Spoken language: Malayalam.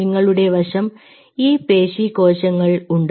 നിങ്ങളുടെ വശം ഈ പേശി കോശങ്ങൾ ഉണ്ട്